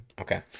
Okay